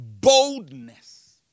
boldness